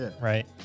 Right